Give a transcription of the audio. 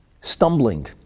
stumbling